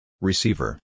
Receiver